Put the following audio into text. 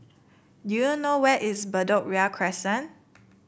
do you know where is Bedok Ria Crescent